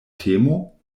temo